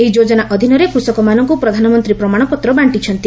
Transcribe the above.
ଏହି ଯୋଜନା ଅଧୀନରେ କୃଷକମାନଙ୍କୁ ପ୍ରଧାନମନ୍ତ୍ରୀ ପ୍ରମାଣପତ୍ର ବାଣ୍ଟିଛନ୍ତି